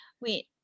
Wait